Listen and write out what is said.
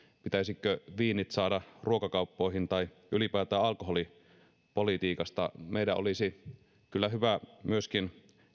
pitäisikö viinit saada ruokakauppoihin tai ylipäätään alkoholipolitiikasta meidän olisi kyllä hyvä myöskin